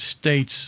States